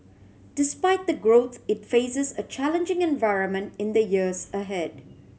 despite the growth it faces a challenging environment in the years ahead